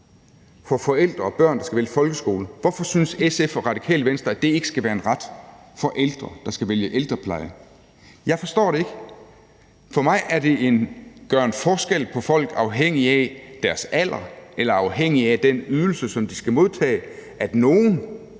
for forældre og børn, der skal vælge folkeskole, ikke skal være en ret for ældre, der skal vælge ældrepleje? Jeg forstår det ikke. For mig er det en gøren forskel på folk afhængig af deres alder eller afhængig af den ydelse, som de skal modtage, så nogle